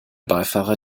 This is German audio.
beifahrer